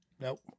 Nope